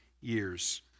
years